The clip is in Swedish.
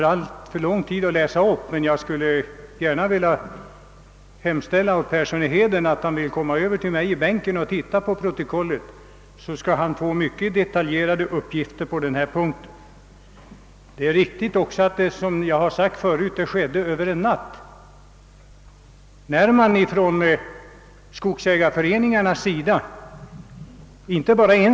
Det skulle ta för lång tid att läsa upp dem, men om herr Persson i Heden kommer över till min bänk skall han få mycket detaljerade uppgifter ur protokollen. Jag upprepar också att det som jag talade om tidigare hände över en natt.